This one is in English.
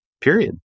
period